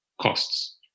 costs